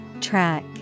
Track